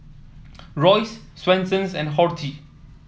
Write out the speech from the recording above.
Royce Swensens and Horti